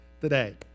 today